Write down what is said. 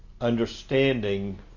understanding